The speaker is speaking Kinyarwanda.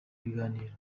ibiganiro